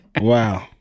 Wow